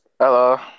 Hello